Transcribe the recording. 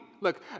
Look